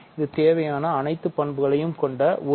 இது தேவையான அனைத்து பண்புகளையும் கொண்ட ஒரு வளையமாக இருக்கிறது